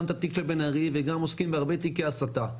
את התיק של בן ארי וגם עוסקים בהרבה תיקי הסתה.